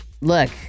Look